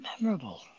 memorable